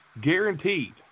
guaranteed